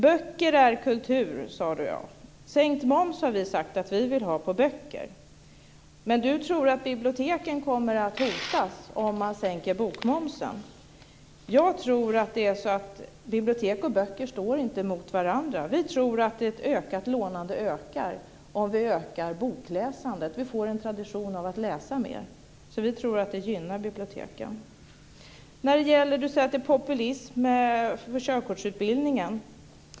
Böcker är kultur, sade Per Rosengren. Vi har sagt att vi vill ha sänkt moms på böcker. Men Per Rosengren tror att biblioteken kommer att hotas om man sänker bokmomsen. Bibliotek och böcker står inte mot varandra. Vi kristdemokrater tror att lånandet ökar om vi ökar bokläsandet. Vi får en tradition av att läsa mer. Det gynnar biblioteken. Per Rosengren talar om populism när det gäller körkortsutbildningen.